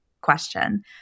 question